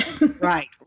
right